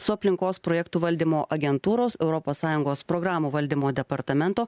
su aplinkos projektų valdymo agentūros europos sąjungos programų valdymo departamento